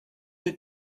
die